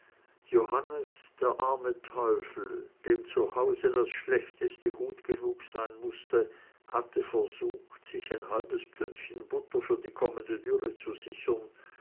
johannes der arme teufel dem zu hause das schlechteste gut genug sein mußte hatte versucht sich ein halbes pfündchen butter für die kommende dürre zu sichern